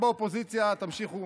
אפשר להגיד?